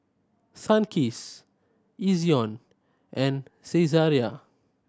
Sunkist Ezion and Saizeriya